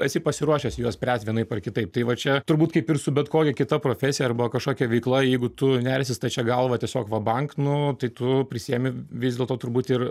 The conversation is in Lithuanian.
esi pasiruošęs juos spręst vienaip ar kitaip tai va čia turbūt kaip ir su bet kokia kita profesija arba kažkokia veikla jeigu tu nersi stačia galva tiesiog va bank nu tai tu prisiimi vis dėlto turbūt ir